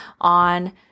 on